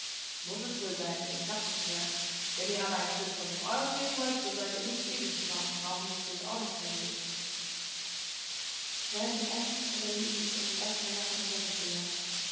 muß es wohl sein denn ich habe nicht mehr wenn ihr mir aber ein stück von dem euren geben wollt so sollt ihr nicht ewig zu warten brauchen bis ihr es nicht mehr seht während des essens unterhielten sich unsere westmänner von unserer